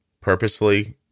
purposefully